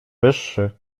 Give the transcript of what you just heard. wyższy